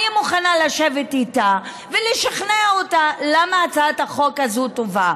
אני מוכנה לשבת איתה ולשכנע אותה למה הצעת החוק הזאת טובה.